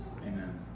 Amen